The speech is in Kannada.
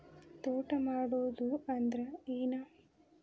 ತೋಟ ಮಾಡುದು ಅಂದ್ರ ಏನ್?